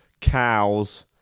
cows